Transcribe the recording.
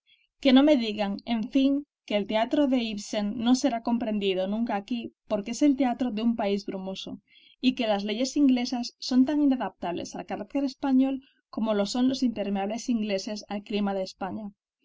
que no me digan en fin que el teatro de ibsen no será comprendido nunca aquí porque es el teatro de un país brumoso y que las leyes inglesas son tan inadaptables al carácter español como lo son los impermeables ingleses al clima de españa